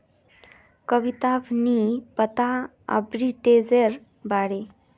कविताक नी पता आर्बिट्रेजेर बारे